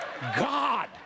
God